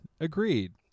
agreed